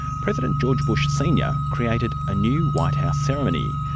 president george bush senior created a new white house ceremony,